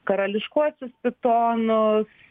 karališkuosius pitonus